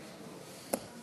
אדוני היושב-ראש,